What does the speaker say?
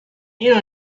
اینو